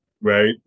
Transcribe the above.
Right